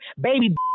baby